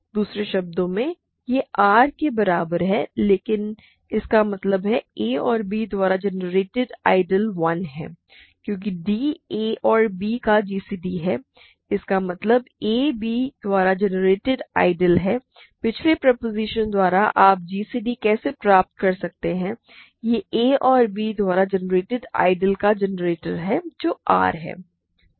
दूसरे शब्दों में यह R के बराबर है लेकिन इसका मतलब है a और b द्वारा जेनेरेट आइडियल 1 है क्योंकि d a और b का gcd है इसका मतलब है a b द्वारा जनरेटेड आइडियल पिछले प्रोपोज़िशन द्वारा आप gcd कैसे प्राप्त करते हैं यह a और b द्वारा जनरेटेड आइडियल का जनरेटर है जो R है